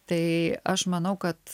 tai aš manau kad